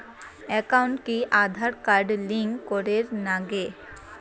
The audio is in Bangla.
একাউন্টত কি আঁধার কার্ড লিংক করের নাগে?